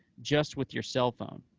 just with your cellphone.